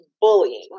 bullying